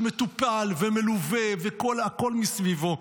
שמטופל ומלווה והכול מסביבו.